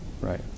Right